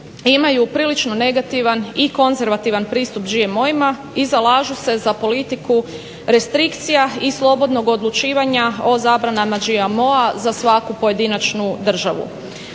imaju prilično negativan i konzervativan pristup GMO-ima i zalažu se za politiku restrikcija i slobodnog odlučivanja o zabranama GMO-a za svaku pojedinačnu državu.